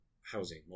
housing